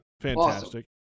Fantastic